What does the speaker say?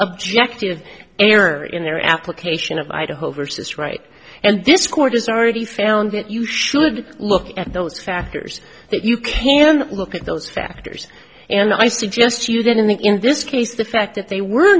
objective error in their application of idaho versus right and this court has already found that you should look at those factors that you can look at those factors and i suggest to you then in the in this case the fact that they were